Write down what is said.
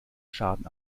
schaden